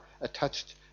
attached